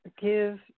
give